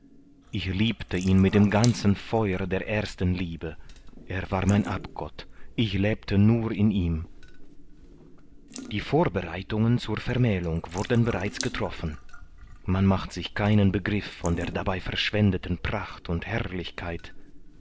ich liebte ihn mit dem ganzen feuer der ersten liebe er war mein abgott ich lebte nur in ihm die vorbereitungen zur vermählung wurden bereits getroffen man macht sich keinen begriff von der dabei verschwendeten pracht und herrlichkeit